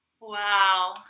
Wow